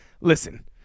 listen